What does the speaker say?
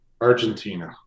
Argentina